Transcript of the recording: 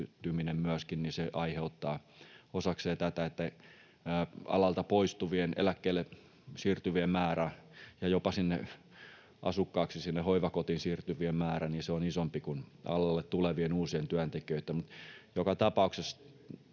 aiheuttaa osakseen tätä, että alalta poistuvien, eläkkeelle siirtyvien määrä ja jopa sinne hoivakotiin asukkaaksi siirtyvien määrä on isompi kuin alalle tulevien uusien työntekijöiden. Mutta joka tapauksessa